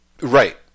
Right